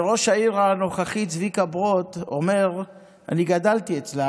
ראש העיר הנוכחי צביקה ברוט אומר: אני גדלתי אצלה,